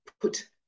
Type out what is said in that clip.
put